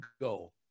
go